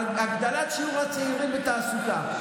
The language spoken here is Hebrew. הגדלת שיעור הצעירים בתעסוקה.